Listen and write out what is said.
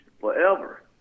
forever